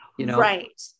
Right